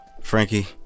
Frankie